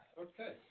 Okay